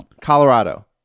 Colorado